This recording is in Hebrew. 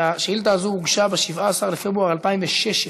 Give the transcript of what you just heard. שהשאילתה הזו הוגשה ב-17 בפברואר 2016,